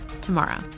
tomorrow